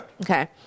Okay